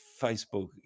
Facebook